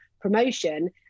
promotion